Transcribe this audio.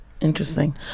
Interesting